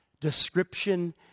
description